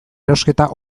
erosketa